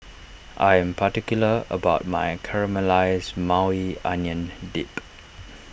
I am particular about my Caramelized Maui Onion Dip